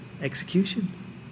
execution